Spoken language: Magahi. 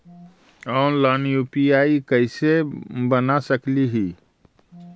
ऑनलाइन यु.पी.आई कैसे बना सकली ही?